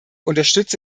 unterstütze